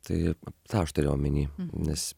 taip tą aš turėjau omeny nes